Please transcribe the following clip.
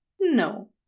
no